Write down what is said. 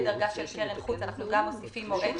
דרגה של קרן חוץ אנחנו גם מוסיפים מועד,